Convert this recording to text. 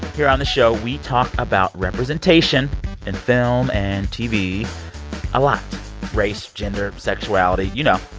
here, on the show, we talk about representation in film and tv a lot race, gender, sexuality, you know?